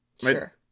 Sure